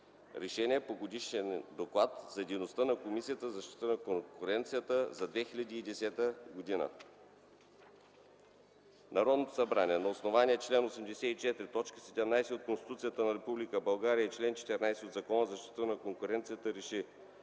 РЕШЕНИЕ по Годишен доклад за дейността на Комисията за защита на конкуренцията за 2010 г. Народното събрание на основание чл. 84, т. 17 от Конституцията на Република България и чл. 14 от Закона за защита на конкуренцията